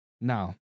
Now